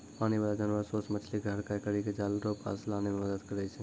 पानी बाला जानवर सोस मछली के हड़काय करी के जाल रो पास लानै मे मदद करै छै